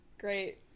Great